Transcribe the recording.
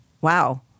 wow